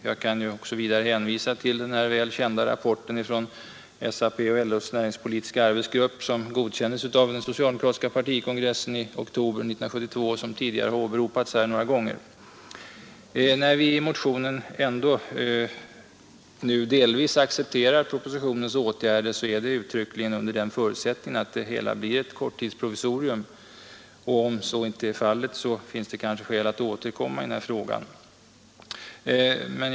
Jag kan vidare hänvisa till den väl kända rapport från SAP—-LO:s näringspolitiska arbetsgrupp som godkändes av den socialdemokratiska partikongressen i oktober 1972. När vi i motionen ändå nu delvis accepterar propositionens åtgärder, är det uttryckligen under den förutsättningen att det hela blir ett korttidsprovisorium. Därest så inte skulle bli fallet finns det skäl att återkomma i frågan.